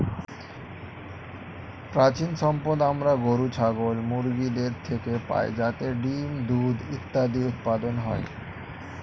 প্রাণিসম্পদ আমরা গরু, ছাগল, মুরগিদের থেকে পাই যাতে ডিম্, দুধ ইত্যাদি উৎপাদন হয়